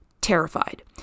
terrified